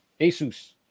Asus